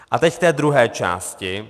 A teď k té druhé části.